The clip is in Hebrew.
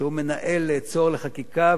שהוא מנהל "צוהר לחקיקה",